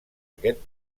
aquest